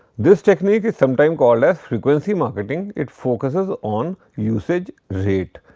this technique is sometime called as frequency marketing. it focuses on usage rate.